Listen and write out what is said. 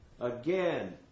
again